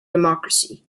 democracy